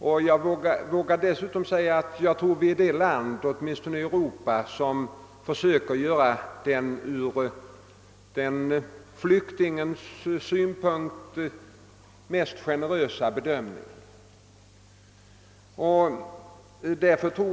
Troligen är vi också det land — åtminstone i Europa — som försöker göra den för flyktingen mest generösa bedömningen.